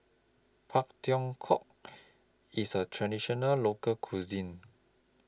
Pak Thong Ko IS A Traditional Local Cuisine